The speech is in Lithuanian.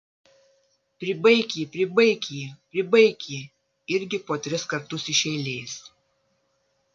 pribaik jį pribaik jį pribaik jį irgi po tris kartus iš eilės